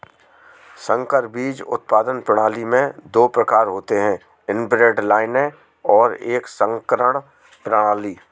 संकर बीज उत्पादन प्रणाली में दो प्रकार होते है इनब्रेड लाइनें और एक संकरण प्रणाली